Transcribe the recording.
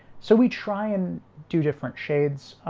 so we try and do different shades